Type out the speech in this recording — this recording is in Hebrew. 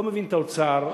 לא מבין את האוצר,